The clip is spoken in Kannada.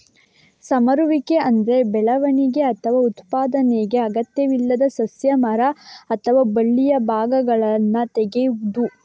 ಸಮರುವಿಕೆ ಅಂದ್ರೆ ಬೆಳವಣಿಗೆ ಅಥವಾ ಉತ್ಪಾದನೆಗೆ ಅಗತ್ಯವಿಲ್ಲದ ಸಸ್ಯ, ಮರ ಅಥವಾ ಬಳ್ಳಿಯ ಭಾಗಗಳನ್ನ ತೆಗೆಯುದು